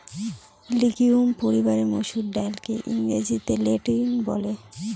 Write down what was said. legume পরিবারের মসুর ডালকে ইংরেজিতে লেন্টিল বলে